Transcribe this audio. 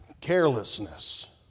Carelessness